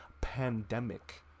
pandemic